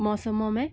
मौसमों में